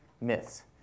myths